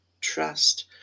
trust